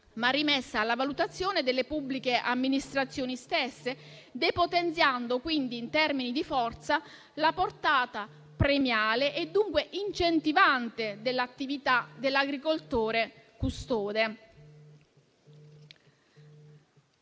ma rimessa alla valutazione delle pubbliche amministrazioni stesse, depotenziando quindi, in termini di forza, la portata premiale e dunque incentivante dell'attività dell'agricoltore custode.